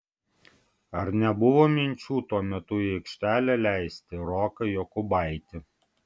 ar nebuvo minčių tuo metu į aikštelę leisti roką jokubaitį